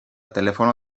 telefono